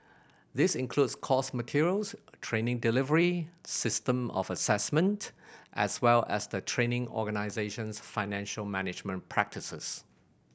this includes course materials training delivery system of assessment as well as the training organisation's financial management practices